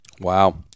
Wow